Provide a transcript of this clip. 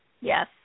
Yes